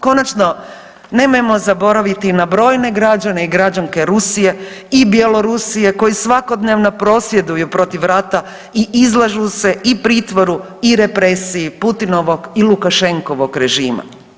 Konačno nemojmo zaboraviti i na brojne građane i građanke Rusije i Bjelorusije koji svakodnevno prosvjeduju protiv rata i izlažu se i pritvoru i represiji Putinovog i Lukašenkovog režima.